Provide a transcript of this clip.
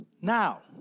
Now